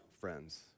friends